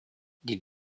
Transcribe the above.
dit